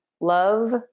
love